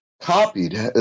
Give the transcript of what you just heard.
copied